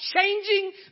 changing